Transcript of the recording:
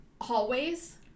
hallways